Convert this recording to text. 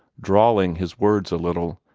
drawling his words a little,